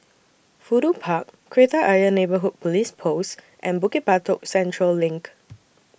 Fudu Park Kreta Ayer Neighbourhood Police Post and Bukit Batok Central LINK